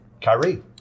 Kyrie